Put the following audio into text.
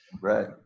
right